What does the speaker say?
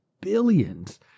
billions